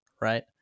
Right